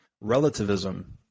relativism